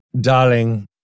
Darling